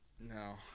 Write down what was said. no